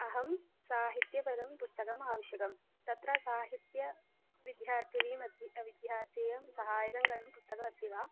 अहं साहित्यपदं पुस्तकम् आवश्यकं तत्र साहित्यविद्यार्थिनां मध्ये विद्यार्थिनां सहाय्यकरं करं पुस्तकमस्ति वा